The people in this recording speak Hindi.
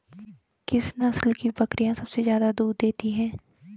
किस नस्ल की बकरीयां सबसे ज्यादा दूध देती हैं?